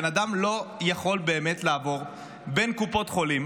בן אדם לא יכול באמת לעבור בין קופות חולים,